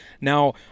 Now